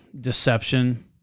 deception